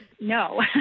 no